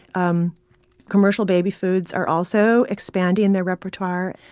um commercial baby foods are also expanding their repertoire.